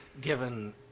given